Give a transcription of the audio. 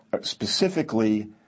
specifically